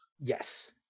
Yes